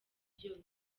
byose